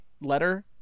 letter